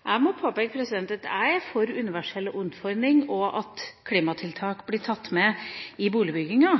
Jeg må påpeke at jeg er for universell utforming, og at klimatiltak blir tatt med i boligbygginga,